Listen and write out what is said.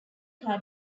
car